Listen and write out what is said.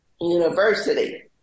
university